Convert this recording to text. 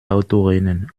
autorennen